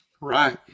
Right